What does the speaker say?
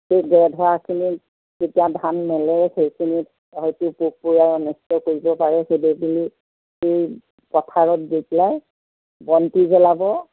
সেই ধৰাখিনি যেতিয়া ধান মেলে সেইখিনিত হয়তো পোক পৰুৱাই নষ্ট কৰিব পাৰে সেইদৰে বুলি পথাৰত গৈ পেলাই বন্তি জ্বলাব